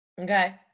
Okay